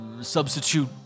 substitute